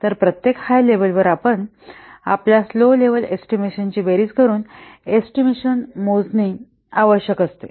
तर प्रत्येक high level वर आपल्यास लो लेव्हल वरील एस्टिमेशनांची बेरीज करून एस्टिमेशन मोजणे आवश्यक आहे